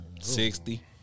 Sixty